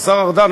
השר ארדן,